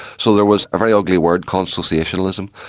so there was a very ugly word called associationalism,